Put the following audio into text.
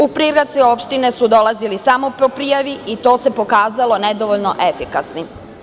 U prigradske opštine su dolazili samo po prijavi i to se pokazalo nedovoljno efikasnim.